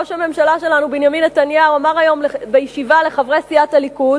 ראש הממשלה שלנו בנימין נתניהו אמר היום בישיבה לחברי סיעת הליכוד